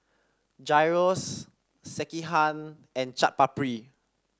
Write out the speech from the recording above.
Gyros Sekihan and Chaat Papri